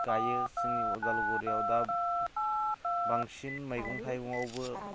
गायो जोंनि उदालगुरिआव दा बांसिन मैगं थाइगङावबो